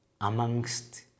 amongst